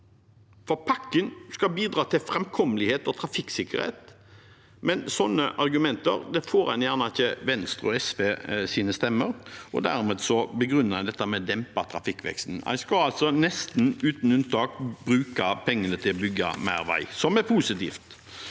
Pakken skal bidra til framkommelighet og trafikksikkerhet, men med sånne argumenter får en gjerne ikke Venstres og SVs stemmer, og dermed begrunner en dette med å dempe trafikkveksten. En skal altså nesten uten unntak bruke pengene til å bygge mer vei, som er positivt.